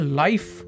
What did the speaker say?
life